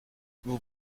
vous